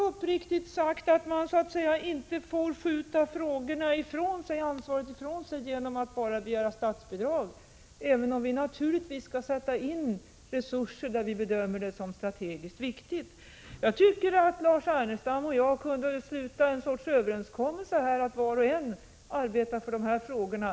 Uppriktigt sagt tror jag inte att man får skjuta ansvaret ifrån sig genom att bara begära statsbidrag, även om vi naturligtvis skall sätta in resurser där vi bedömer det som strategiskt viktigt. Lars Ernestam och jag borde kunna sluta någon sorts överenskommelse om att var och en av oss skall arbeta för de här frågorna.